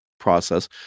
process